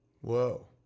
Whoa